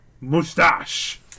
mustache